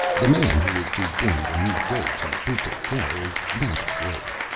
the man who is to bring the new day to putl'ko is not a slave,